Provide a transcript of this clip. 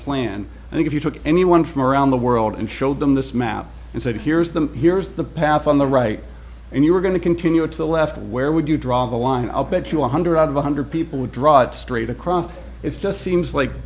and if you took anyone from around the world and showed them this map and said here's the here's the path on the right and you were going to continue it to the left where would you draw the line i'll bet you one hundred out of one hundred people would drive straight across it's just seems like